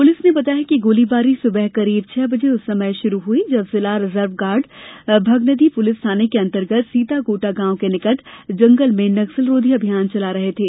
police ने बताया है कि गोलीबारी सुबह करीब छह बजे उस समय शुरू हई जब जिला रिजर्व गार्ड भागनदी पुलिस थाने के अन्तर्गत सीतागोटा गांव के निकट जंगल में नक्सलरोधी अभियान चला रहे थे